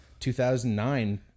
2009